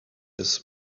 his